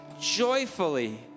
joyfully